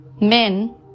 men